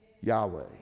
Yahweh